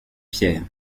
pierre